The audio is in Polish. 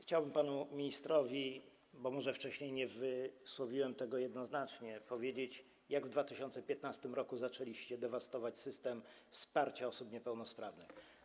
Chciałbym panu ministrowi, bo może wcześniej nie wysłowiłem tego jednoznacznie, powiedzieć, jak w 2015 r. zaczęliście dewastować system wsparcia osób niepełnosprawnych.